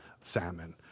Salmon